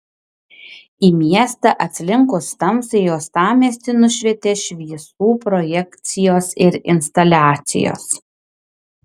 į miestą atslinkus tamsai uostamiestį nušvietė šviesų projekcijos ir instaliacijos